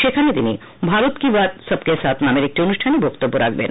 সেখানে তিনি ভারত কি বাত সবকে সাখ নামের একটি অনুষ্ঠানে বক্তব্য রাখবেন